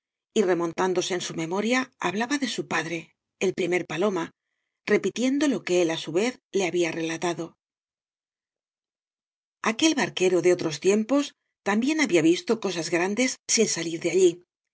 y remontándose en su memoria hablaba de su padre el primer paloma repitiendo lo que él á su vez le había relatado aquel barquero de otros tiempos también había visto cosas grandes sin salir de allí